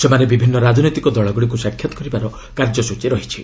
ସେମାନେ ବିଭିନ୍ନ ରାଜନୈତିକ ଦଳଗୁଡ଼ିକୁ ସାକ୍ଷାତ୍ କରିବାର କାର୍ଯ୍ୟସ୍ଟ୍ରଚୀ ରହିଛି